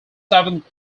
seventh